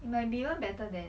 it might be even better than